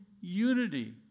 unity